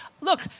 look